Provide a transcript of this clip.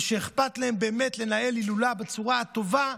ושאכפת להם באמת לנהל הילולה בצורה הטובה,